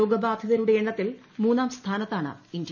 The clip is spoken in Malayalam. രോഗ ബാധിതരുടെ എണ്ണത്തിൽ മൂന്നാം സ്ഥാനത്താണ് ഇന്ത്യ